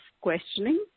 questioning